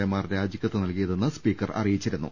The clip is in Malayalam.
എമാർ രാജിക്കത്ത് നൽകിയ തെന്ന് സ്പീക്കർ അറിയിച്ചിരുന്നു